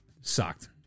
sucked